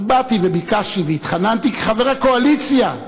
אז באתי וביקשתי והתחננתי כחבר הקואליציה.